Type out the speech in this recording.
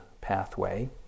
pathway